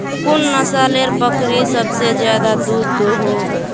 कुन नसलेर बकरी सबसे ज्यादा दूध दो हो?